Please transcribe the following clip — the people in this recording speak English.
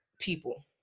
people